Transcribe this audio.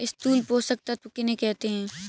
स्थूल पोषक तत्व किन्हें कहते हैं?